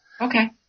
Okay